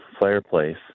fireplace